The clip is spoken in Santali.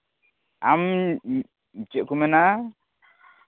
ᱟᱢ ᱪᱮᱫ ᱠᱚ ᱢᱮᱱᱟ